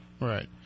Right